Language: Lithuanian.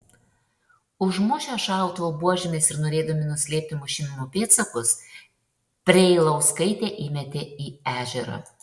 užmušę šautuvų buožėmis ir norėdami nuslėpti mušimo pėdsakus preilauskaitę įmetė į ežerą